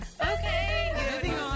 Okay